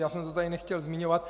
Já jsem to tady nechtěl zmiňovat.